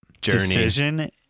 decision